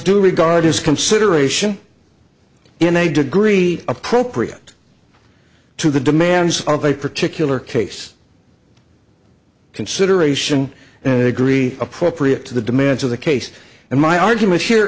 to regard his consideration in a degree appropriate to the demands of a particular case consideration and agree appropriate to the demands of the case and my argument here